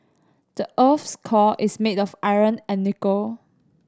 the earth's core is made of iron and nickel